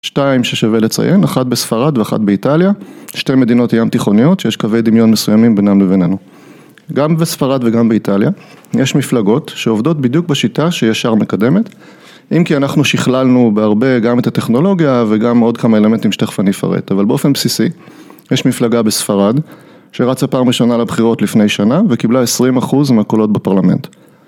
שתיים ששווה לציין, אחת בספרד ואחת באיטליה, שתי מדינות ים תיכוניות, שיש קווי דמיון מסוימים בינם לבינינו. גם בספרד וגם באיטליה, יש מפלגות שעובדות בדיוק בשיטה שישר מקדמת, אם כי אנחנו שכללנו בהרבה גם את הטכנולוגיה וגם עוד כמה אלמנטים שתכף אני אפרט, אבל באופן בסיסי, יש מפלגה בספרד, שרצה פעם ראשונה לבחירות לפני שנה וקיבלה 20% מהקולות בפרלמנט.